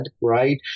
right